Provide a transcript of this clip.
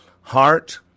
heart